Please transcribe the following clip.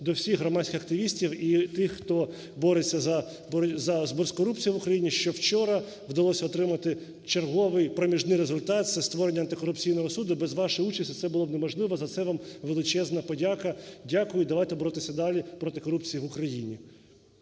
до всіх громадських активістів і тих, хто бореться з корупцією в Україні, що вчора вдалось отримати черговий проміжний результат - це створення антикорупційного суду. Без вашої участі це було б неможливо, за це вам величезна подяка. Дякую. Давайте боротися далі проти корупції в Україні.